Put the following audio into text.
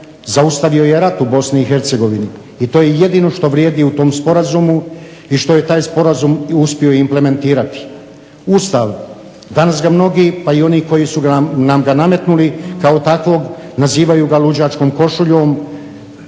Bosni i Hercegovini, i to je jedino što vrijedi u tom sporazumu, i što je taj sporazum uspio implementirati. Ustav. Danas ga mnogi pa i oni koji su nam ga nametnuli kao takvog nazivaju ga luđačkom košuljom,